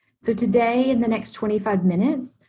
so today, in the next twenty five minutes,